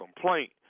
complaint